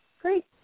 Great